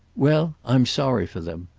well, i'm sorry for them.